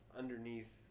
underneath